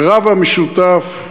רב המשותף,